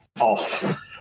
off